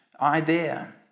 idea